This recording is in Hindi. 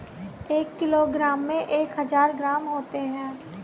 एक किलोग्राम में एक हजार ग्राम होते हैं